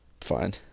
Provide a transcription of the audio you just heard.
fine